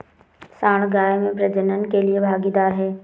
सांड गाय में प्रजनन के लिए भागीदार है